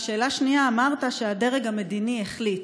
ושאלה שנייה, אמרת שהדרג המדיני החליט.